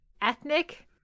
ethnic